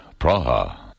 Praha